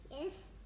Yes